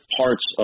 parts